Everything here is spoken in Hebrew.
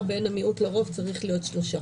בין המיעוט לרוב צריך להיות שלושה.